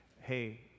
hey